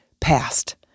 past